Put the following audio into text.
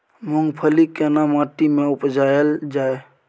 मूंगफली केना माटी में उपजायल जाय?